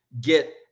get